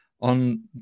on